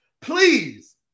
Please